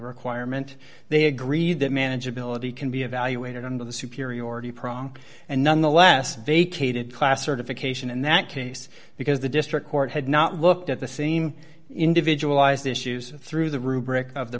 requirement they agree that manageability can be evaluated under the superiority prompt and nonetheless vacated class certification in that case because the district court had not looked at the same individual eyes issues through the rubric of the